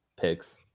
picks